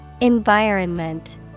Environment